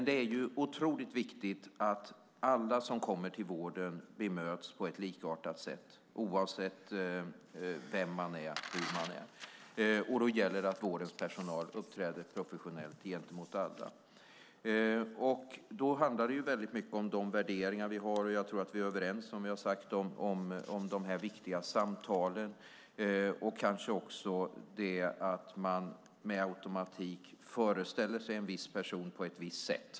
Det är oerhört viktigt att alla som kommer till vården bemöts på ett likartat sätt, oavsett vem man är och hur man är. Då gäller det att vårdens personal uppträder professionellt gentemot alla. Det handlar mycket om de värderingar vi har. Jag tror att vi är överens om det som jag sagt om de viktiga samtalen och kanske också om att man per automatik föreställer sig en viss person på ett visst sätt.